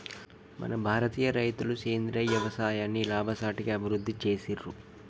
మన భారతీయ రైతులు సేంద్రీయ యవసాయాన్ని లాభసాటిగా అభివృద్ధి చేసిర్రు